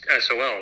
SOL